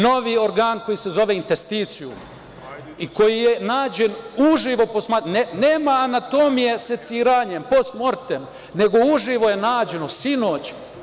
Novi organ koji se zove intesticijum i koji je nađen uživo posmatran, nema anatomije seciranjem, pos morten, nego uživo je nađeno sinoć.